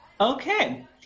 Okay